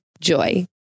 Joy